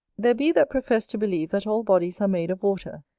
there be that profess to believe that all bodies are made of water,